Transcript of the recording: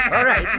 alright,